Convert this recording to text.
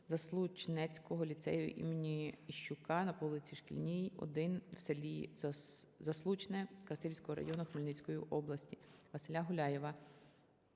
Заслучненського ліцею ім. О. Іщука на вулиці Шкільній, 1 в селі Заслучне Красилівського району Хмельницької області. Василя Гуляєва